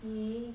你